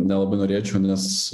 nelabai norėčiau nes